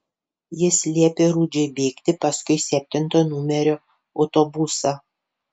jis liepė rudžiui bėgti paskui septinto numerio autobusą